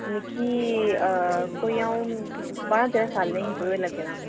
मिगी अऽ कोई अं'ऊ बारहां तेरहां सालें दी ही तदूं तों लग्गे दा